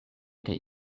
kaj